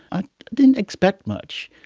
i didn't expect much.